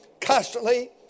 constantly